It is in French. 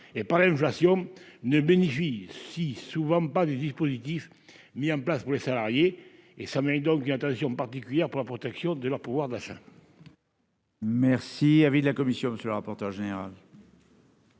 et par l'inflation ne bénéficient souvent pas des dispositifs mis en place pour les salariés et sa donc qui attention particulière pour la protection de leur pouvoir d'achat. Merci, avis de la commission, monsieur le rapporteur général.